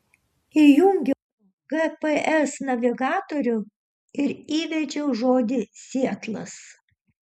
įjungiau gps navigatorių ir įvedžiau žodį sietlas